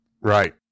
Right